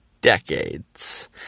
Decades